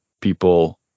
people